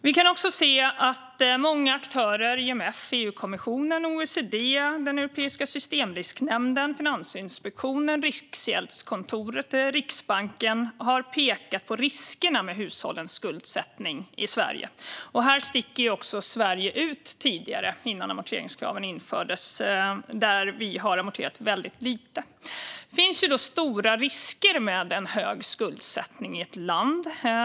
Vi kan också se att många aktörer - IMF, EU-kommissionen, OECD, Europeiska systemrisknämnden, Finansinspektionen, Riksgäldskontoret och Riksbanken - har pekat på riskerna med hushållens skuldsättning i Sverige. Här stack Sverige ut innan amorteringskraven infördes, för vi amorterade väldigt lite. Det finns stora risker med en hög skuldsättning i ett land.